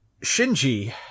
Shinji